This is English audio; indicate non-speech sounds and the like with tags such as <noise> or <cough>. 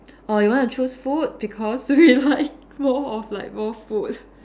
or you want to choose food because <laughs> we like more of like what food